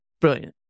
Brilliant